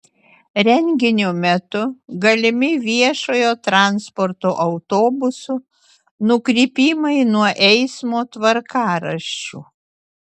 renginio metu galimi viešojo transporto autobusų nukrypimai nuo eismo tvarkaraščių